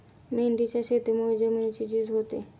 मेंढीच्या शेतीमुळे जमिनीची झीज होते